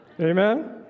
Amen